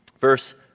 verse